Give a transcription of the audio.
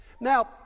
Now